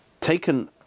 taken